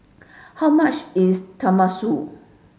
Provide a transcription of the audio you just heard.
how much is Tenmusu